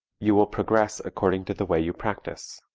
you will progress according to the way you practice.